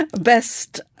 best